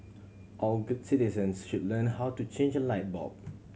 all good citizens should learn how to change a light bulb